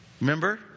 Remember